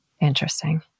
Interesting